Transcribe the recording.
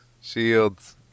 shields